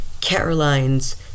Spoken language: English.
Caroline's